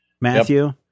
Matthew